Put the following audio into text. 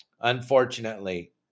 Unfortunately